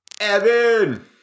Evan